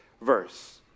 verse